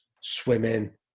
swimming